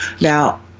Now